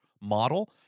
model